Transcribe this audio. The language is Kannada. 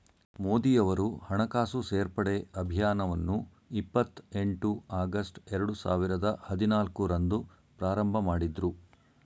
ಮೋದಿಯವರು ಹಣಕಾಸು ಸೇರ್ಪಡೆ ಅಭಿಯಾನವನ್ನು ಇಪ್ಪತ್ ಎಂಟು ಆಗಸ್ಟ್ ಎರಡು ಸಾವಿರದ ಹದಿನಾಲ್ಕು ರಂದು ಪ್ರಾರಂಭಮಾಡಿದ್ರು